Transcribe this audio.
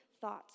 thoughts